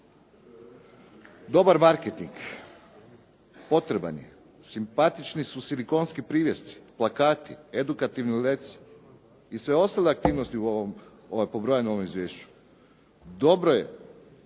dobar marketing potreban je, simpatični su silikonski privjesci, plakati, edukativni letci i sve ostale aktivnosti u ovom, ovako brojanom izvješću. Dobro je